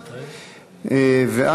בבקשה.